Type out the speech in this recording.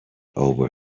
over